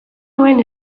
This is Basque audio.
nuen